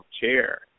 chair